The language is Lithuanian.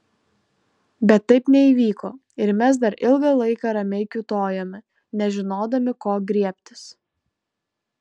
bet taip neįvyko ir mes dar ilgą laiką ramiai kiūtojome nežinodami ko griebtis